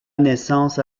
naissance